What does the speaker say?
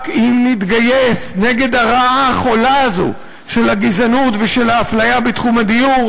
רק אם נתגייס נגד הרעה החולה הזאת של הגזענות ושל האפליה בתחום הדיור,